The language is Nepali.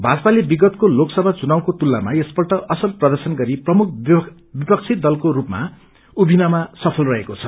भाजपाले विगतको लोकसभा चुनावको तुलनामा यसपल्ट असल प्रर्दशन गरी प्रमुख विपक्षी दलको रूपमा अभिनमा सफल रहेको छ